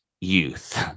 youth